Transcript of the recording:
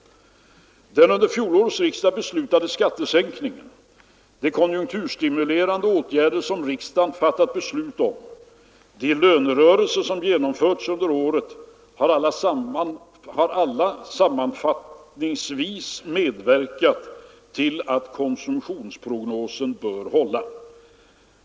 Den av fjolårets riksdag beslutade skattesänkningen, de konjunkturstimulerande åtgärder som riksdagen har fattat beslut om och de lönerörelser som genomförts under året har alla sammanfattningsvis medverkat till att konsumtionsprognosen bör hålla.